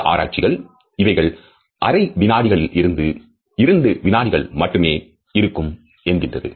சில ஆராய்ச்சிகள் இவைகள் அரை வினாடி களிலிருந்து இரண்டு வினாடிகள் மட்டுமே இருக்கும் என்கின்றது